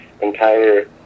entire